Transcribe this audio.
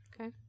okay